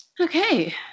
okay